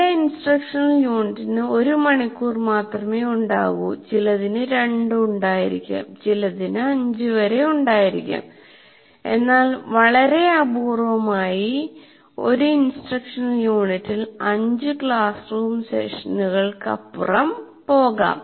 ചില ഇൻസ്ട്രക്ഷണൽ യൂണിറ്റിന് 1 മണിക്കൂർ മാത്രമേ ഉണ്ടാകൂ ചിലതിന് 2 ഉണ്ടായിരിക്കാം ചിലതിന് 5 വരെ ഉണ്ടായിരിക്കാം എന്നാൽ വളരെ അപൂർവമായി ഒരു ഇൻസ്ട്രക്ഷണൽ യൂണിറ്റിൽ 5 ക്ലാസ് റൂം സെഷനുകൾക്കപ്പുറം പോകും